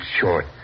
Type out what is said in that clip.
short